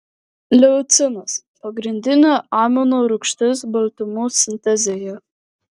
leucinas pagrindinė amino rūgštis baltymų sintezėje